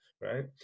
right